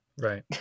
right